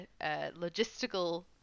logistical